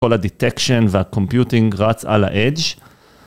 כל הדטקשן והקומפיוטינג רץ על ה-edge.